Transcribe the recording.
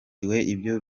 ibyo